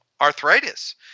arthritis